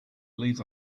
leaves